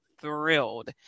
thrilled